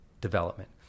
development